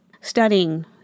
studying